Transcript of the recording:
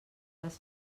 les